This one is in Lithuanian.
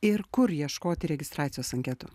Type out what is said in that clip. ir kur ieškoti registracijos anketų